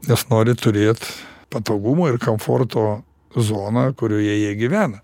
nes nori turėt patogumo ir komforto zoną kurioje jie gyvena